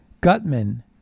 Gutman